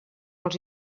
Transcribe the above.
els